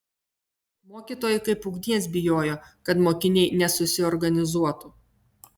mokytojai kaip ugnies bijojo kad mokiniai nesusiorganizuotų